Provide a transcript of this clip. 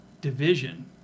division